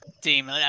team